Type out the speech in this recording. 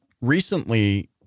Recently